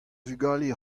vugale